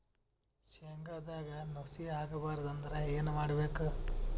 ಶೇಂಗದಾಗ ನುಸಿ ಆಗಬಾರದು ಅಂದ್ರ ಏನು ಮಾಡಬೇಕು?